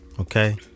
okay